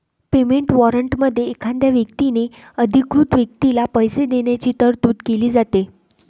payment वॉरंटमध्ये एखाद्या व्यक्तीने अधिकृत व्यक्तीला पैसे देण्याची तरतूद केली जाते